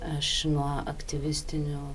aš nuo aktyvistinių